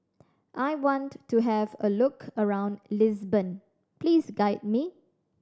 I want to have a look around Lisbon please guide me